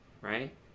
right